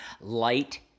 Light